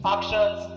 Actions